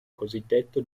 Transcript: cosiddetto